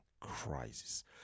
crisis